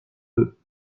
deux